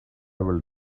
will